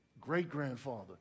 great-grandfather